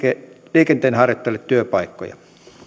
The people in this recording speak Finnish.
liikenteenharjoittajille työpaikkoja